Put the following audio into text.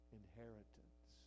inheritance